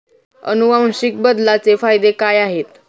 अनुवांशिक बदलाचे फायदे काय आहेत?